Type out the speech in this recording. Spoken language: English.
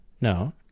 no